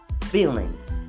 feelings